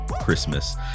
Christmas